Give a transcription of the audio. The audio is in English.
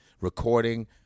Recording